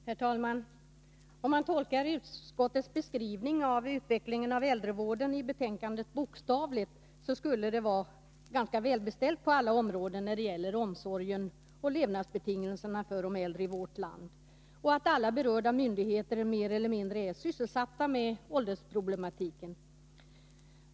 Herr talman! Om man tolkar utskottets beskrivning av utvecklingen av äldrevården i betänkandet bokstavligt, borde det vara ganska välbeställt på alla områden som gäller omsorgen om och levandsbetingelserna för de äldre i vårt land. Alla berörda myndigheter skulle mer eller mindre vara sysselsatta med åldersproblematiken.